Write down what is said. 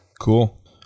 Cool